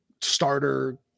starter